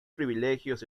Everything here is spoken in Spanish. privilegios